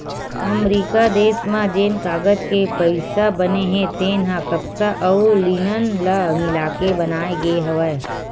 अमरिका देस म जेन कागज के पइसा बने हे तेन ह कपसा अउ लिनन ल मिलाके बनाए गे हवय